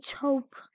hope